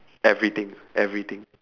everything everything